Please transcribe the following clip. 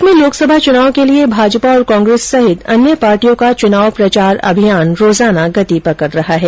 प्रदेश में लोकसभा चुनावों के लिये भाजपा और कांग्रेस सहित अन्य पार्टियों का चुनाव प्रचार अभियान रोजाना गति पकड रहा है